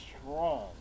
strong